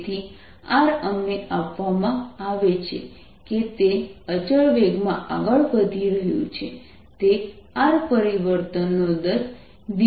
તેથી r અમને આપવામાં આવે છે કે તે અચળ વેગમાં આગળ વધી રહ્યું છે તે r પરિવર્તનનો દર v છે